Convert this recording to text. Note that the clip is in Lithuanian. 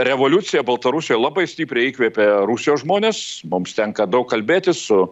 revoliucija baltarusijoj labai stipriai įkvėpė rusijos žmones mums tenka daug kalbėti su